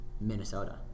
Minnesota